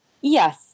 Yes